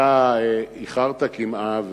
אתה איחרת קמעה,